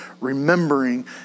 remembering